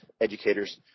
educators